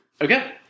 Okay